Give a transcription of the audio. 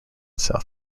south